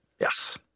Yes